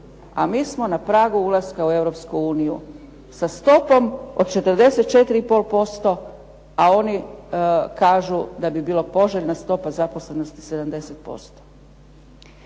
a mi smo na pragu ulaska u Europsku uniju sa stopom od 44,5% a oni kažu da bi bilo poželjna stopa zaposlenosti od 70%.